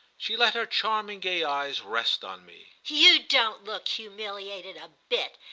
she let her charming gay eyes rest on me. you don't look humiliated a bit,